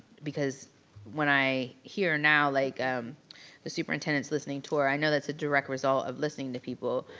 because when i hear now like the superintendent's listening tour, i know that's a direct result of listening to people,